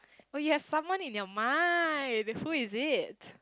oh you have someone in your mind who is it